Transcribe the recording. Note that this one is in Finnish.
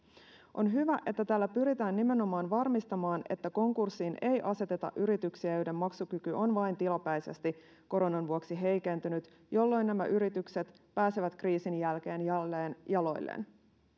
on hyvä että tällä pyritään nimenomaan varmistamaan että konkurssiin ei aseteta yrityksiä joiden maksukyky on vain tilapäisesti koronan vuoksi heikentynyt jolloin nämä yritykset pääsevät kriisin jälkeen jälleen jaloilleen